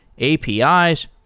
APIs